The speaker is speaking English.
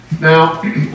Now